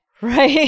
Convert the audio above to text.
right